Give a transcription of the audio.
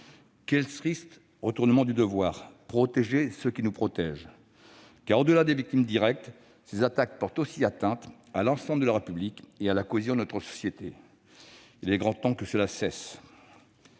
Quel triste retournement du devoir : protéger ceux qui nous protègent ! Car, au-delà des victimes directes, ces attaques portent aussi atteinte à l'ensemble de la République et à la cohésion de notre société. Il est grand temps que cela cesse.